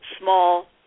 small